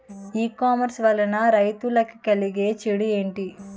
ఈ కామర్స్ వలన రైతులకి కలిగే చెడు ఎంటి?